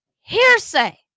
hearsay